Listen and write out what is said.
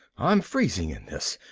i'm freezing in this,